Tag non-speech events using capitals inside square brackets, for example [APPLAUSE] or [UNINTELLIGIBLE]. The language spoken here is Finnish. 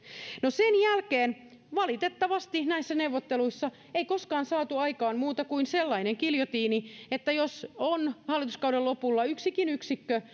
sen jälkeen valitettavasti näissä neuvotteluissa ei koskaan saatu aikaan muuta kuin sellainen giljotiini että jos on hallituskauden lopulla yksikin yksikkö [UNINTELLIGIBLE]